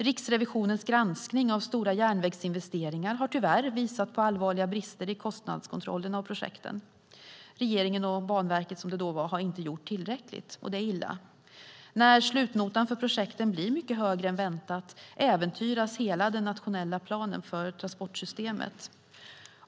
Riksrevisionens granskning av stora järnvägsinvesteringar har tyvärr visat på allvarliga brister i kostnadskontrollen av projekten. Regeringen och Banverket, som det var då, har inte gjort tillräckligt. Det är illa. När slutnotan för projekten blir mycket högre än väntat äventyras hela den nationella planen för transportsystemet.